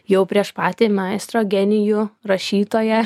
jau prieš patį meistro genijų rašytoją